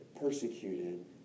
persecuted